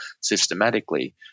systematically